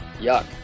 yuck